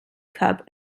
cup